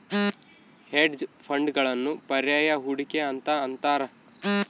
hedge ಫಂಡ್ಗಳನ್ನು ಪರ್ಯಾಯ ಹೂಡಿಕೆ ಅಂತ ಅಂತಾರ